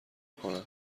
کنن